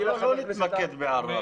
לא נתמקד בערבה.